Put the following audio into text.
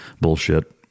bullshit